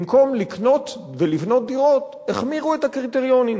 במקום לקנות ולבנות דירות, החמירו את הקריטריונים